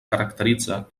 caracteritza